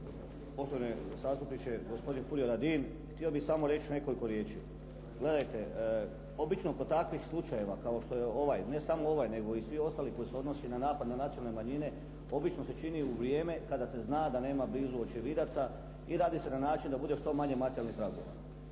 poštovani zastupniče gospodine Furio Radin. Htio bih samo reći nekoliko riječi. Gledajte, obično kod takvih slučajeva kao što je ovaj, ne samo ovaj nego i svi ostali koji se odnosi na napad na nacionalne manjine obično se čini u vrijeme kada se zna da nema blizu očevidaca i radi se na način da bude što manje materijalnih tragova.